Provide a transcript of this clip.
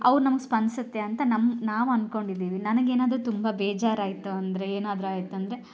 ಅವು ನಮ್ಗೆ ಸ್ಪಂದಿಸುತ್ತೆ ಅಂತ ನಮ್ಮ ನಾವು ಅಂದ್ಕೊಂಡಿದ್ದೀವಿ ನನಗೇನಾದರೂ ತುಂಬ ಬೇಜಾರು ಆಯಿತು ಅಂದರೆ ಏನಾದರೂ ಆಯ್ತಂದ್ರೆ